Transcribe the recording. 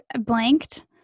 blanked